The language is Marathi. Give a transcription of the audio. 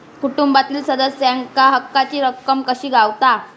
कुटुंबातील सदस्यांका हक्काची रक्कम कशी गावात?